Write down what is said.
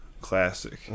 classic